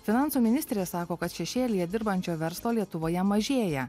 finansų ministrė sako kad šešėlyje dirbančio verslo lietuvoje mažėja